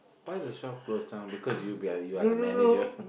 why the shop close down because you be uh you're the manager